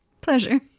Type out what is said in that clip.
Pleasure